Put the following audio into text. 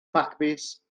ffacbys